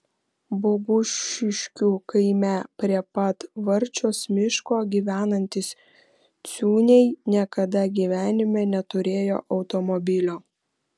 bogušiškių kaime prie pat varčios miško gyvenantys ciūniai niekada gyvenime neturėjo automobilio